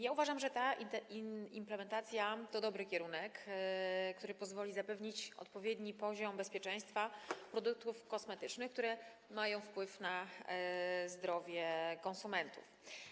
Ja uważam, że ta implementacja to dobry kierunek, który pozwoli zapewnić odpowiedni poziom bezpieczeństwa produktów kosmetycznych, które mają wpływ na zdrowie konsumentów.